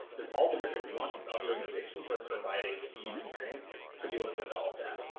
there's all the different nuances of the organizations we're providing key experience to be able to develop that.